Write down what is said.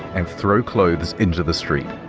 and throw clothes into the street.